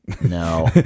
No